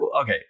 okay